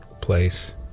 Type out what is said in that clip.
place